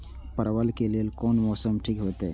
परवल के लेल कोन मौसम ठीक होते?